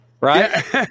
Right